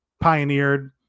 pioneered